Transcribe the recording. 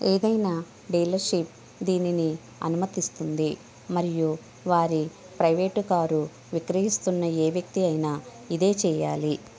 ఏదైనా డీలర్షిప్ దీనిని అనుమతిస్తుంది మరియు వారి ప్రైవేట్ కారు విక్రయిస్తున్న ఏ వ్యక్తి అయినా ఇదే చెయ్యాలి